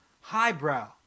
highbrow